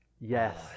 Yes